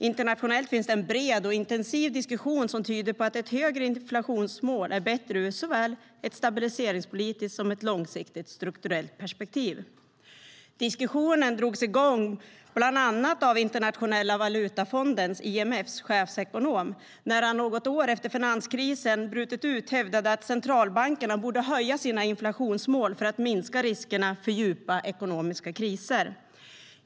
Internationellt förs det en bred och intensiv diskussion som tyder på att högre inflationsmål är bättre ur såväl ett stabiliseringspolitiskt som ett långsiktigt strukturellt perspektiv. Diskussionen drogs i gång av bland annat Internationella valutafondens, IMF:s, chefsekonom när han något år efter det att finanskrisen brutit ut hävdade att centralbankerna borde höja sina inflationsmål för att minska riskerna för djupa ekonomiska kriser.